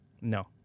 No